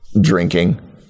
drinking